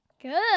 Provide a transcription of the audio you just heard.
Good